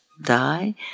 die